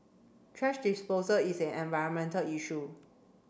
trash disposal is an environmental issue